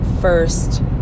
first